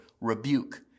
rebuke